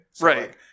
right